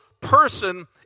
person